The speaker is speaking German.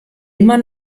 immer